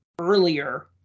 earlier